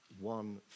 one